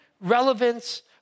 relevance